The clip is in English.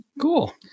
Cool